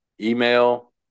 email